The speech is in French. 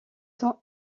sont